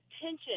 tension